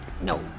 No